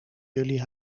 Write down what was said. jullie